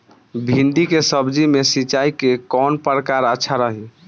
भिंडी के सब्जी मे सिचाई के कौन प्रकार अच्छा रही?